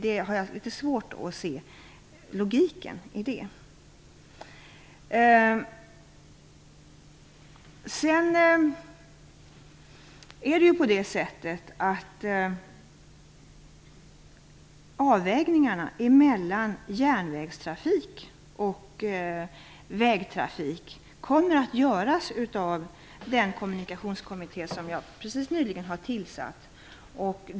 Jag har litet svårt att se logiken i det. Avvägningarna mellan järnvägstrafik och vägtrafik kommer att göras av den kommunikationskommitté som jag precis nyligen har tillsatt.